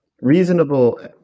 reasonable